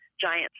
Giant